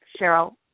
Cheryl